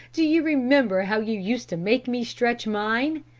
do you remember how you used to make me stretch mine?